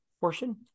portion